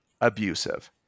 abusive